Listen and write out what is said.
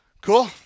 Cool